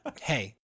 hey